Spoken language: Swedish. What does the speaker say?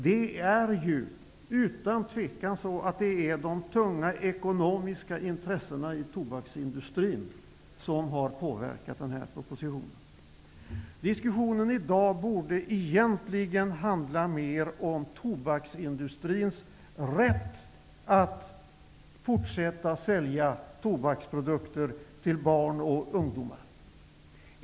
Det är utan tvivel de tunga ekonomiska intressena i tobaksindustrin som har påverkat den här propositionen. Diskussionen i dag borde egentligen mer handla om tobaksindustrins rätt att fortsätta sälja tobaksprodukter till barn och ungdomar.